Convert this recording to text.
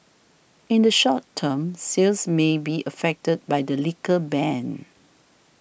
in the short term sales may be affected by the liquor ban